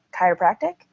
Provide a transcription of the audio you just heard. chiropractic